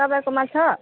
तपाईँकोमा छ